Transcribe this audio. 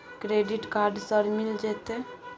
Credit card sir मिल जेतै?